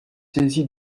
saisi